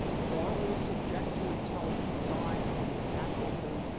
darwin is subject to intelligent design, doesn't give a natural thing.